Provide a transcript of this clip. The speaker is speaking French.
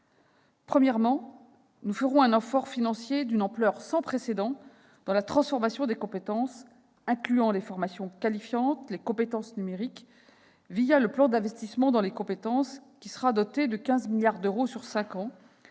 Premièrement, nous ferons un effort financier d'une ampleur sans précédent en faveur de la transformation des compétences incluant les formations qualifiantes et les compétences numériques, le plan d'investissement pour les compétences, qui sera doté de 15 milliards d'euros sur cinq